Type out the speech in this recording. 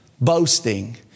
boasting